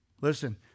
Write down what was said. Listen